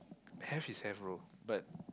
have is have bro but